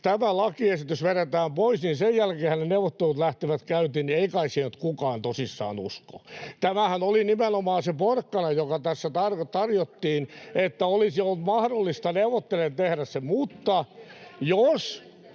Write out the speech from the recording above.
kun tämä lakiesitys vedetään pois, niin sen jälkeenhän ne neuvottelut lähtevät käyntiin, niin ei kai siihen nyt kukaan tosissaan usko. Tämähän oli nimenomaan se porkkana, joka tässä tarjottiin, [Vasemmalta: Porkkana?] että olisi ollut mahdollista neuvotellen tehdä se, [Vasemmalta: